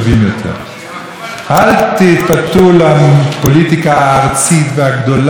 אל תתפתו לפוליטיקה הארצית והגדולה והמשמעויות האחרות שלה.